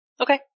Okay